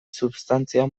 substantzia